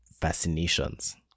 fascinations